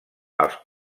als